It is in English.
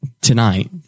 tonight